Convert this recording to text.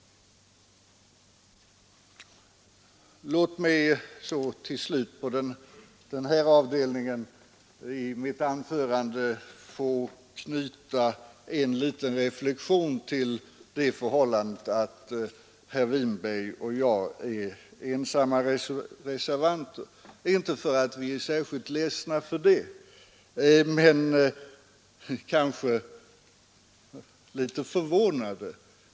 Låt mig som avslutning på denna avdelning av mitt anförande få knyta en liten reflexion till det förhållandet att herr Winberg och jag är ensamma i utskottet om vår reservation — inte för att vi är särskilt ledsna för det men kanske litet förvånade.